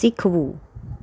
શીખવું